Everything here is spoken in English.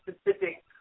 specific